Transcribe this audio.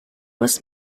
was